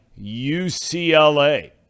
UCLA